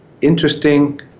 interesting